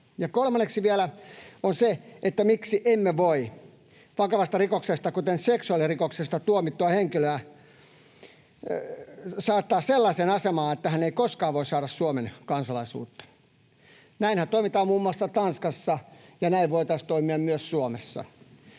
Kolmanneksi vielä on se, että miksi emme voi vakavasta rikoksesta, kuten seksuaalirikoksesta, tuomittua henkilöä saattaa sellaiseen asemaan, että hän ei koskaan voi saada Suomen kansalaisuutta. Näinhän toimitaan muun muassa Tanskassa, ja näin voitaisiin toimia myös Suomessa.